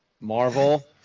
Marvel